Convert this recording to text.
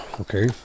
okay